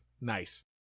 nice